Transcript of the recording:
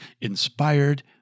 inspired